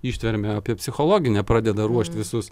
ištvermę o apie psichologinę pradeda ruošt visus